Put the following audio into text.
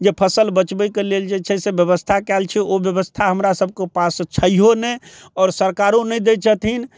जे फसल बचबैके लेल जे छै से व्यवस्था कयल छै ओ व्यवस्था हमरा सबके पास छैहो नहि आओर सरकारो नहि दै छथिन